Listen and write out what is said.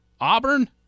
Auburn